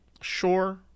sure